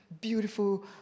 beautiful